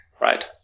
Right